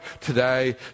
today